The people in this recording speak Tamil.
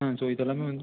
ம் ஸோ இதெல்லாமே வந்து